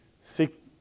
seek